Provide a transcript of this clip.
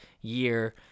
year